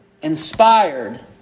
Inspired